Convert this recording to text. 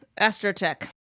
Astrotech